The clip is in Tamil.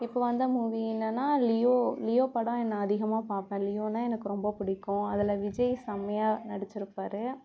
இப்போ வந்த மூவிலனால் லியோ லியோ படம் நான் அதிகமாக பார்ப்பேன் லியோனால் எனக்கு ரொம்ப பிடிக்கும் அதில் விஜய் செம்மையா நடித்துருப்பாரு